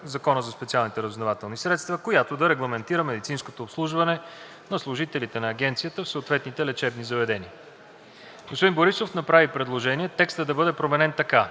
Закона за специалните разузнавателни средства, която да регламентира медицинското обслужване на служителите на Агенцията в съответните лечебни заведения. Господин Борисов направи предложение текстът да бъде променен така: